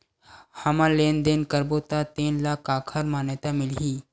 हमन लेन देन करबो त तेन ल काखर मान्यता मिलही?